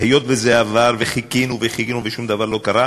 היות שזה עבר וחיכינו וחיכינו ושום דבר לא קרה,